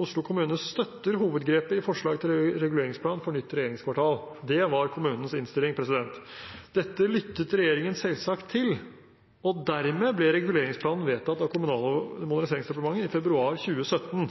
«Oslo kommune støtter hovedgrepet i forslag til reguleringsplan for nytt regjeringskvartal.» Det var kommunens innstilling. Dette lyttet regjeringen selvsagt til, og dermed ble reguleringsplanen vedtatt av Kommunal- og moderniseringsdepartementet i februar 2017.